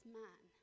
man